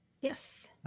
Yes